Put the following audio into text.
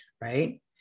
right